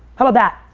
how about that?